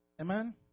Amen